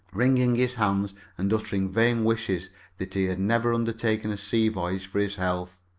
wringing his hands and uttering vain wishes that he had never undertaken a sea voyage for his health.